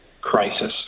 crisis